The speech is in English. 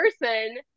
person